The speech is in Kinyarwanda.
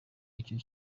icyo